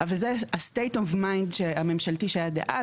אבל זה ה-state of mind הממשלתי שהיה אז,